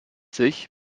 sich